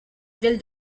ville